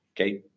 okay